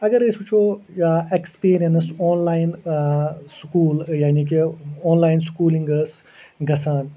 اگر ٲسۍ وٕچھو یا اٮ۪کپیٖرینٕس آن لایَن سُکوٗل یعنی کہِ آن لایَن سُکوٗلنٛگ ٲس گَژھان